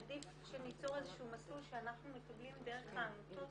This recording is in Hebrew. עדיף שניצור מסלול שאנחנו מקבלים דרך העמותות